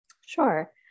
Sure